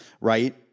right